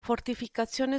fortificazione